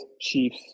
Chiefs